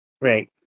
Right